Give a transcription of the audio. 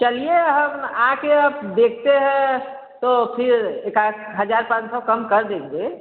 चलिए हम आकर अब देखते हैं तो फिर एका हज़ार पान सौ कम कर देंगे